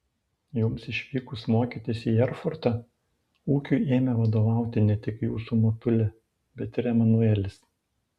jums išvykus mokytis į erfurtą ūkiui ėmė vadovauti ne tik jūsų motulė bet ir emanuelis